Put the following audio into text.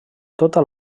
tota